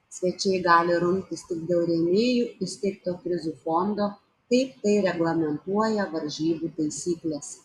svečiai gali rungtis tik dėl rėmėjų įsteigto prizų fondo kaip tai reglamentuoja varžybų taisyklės